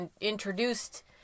introduced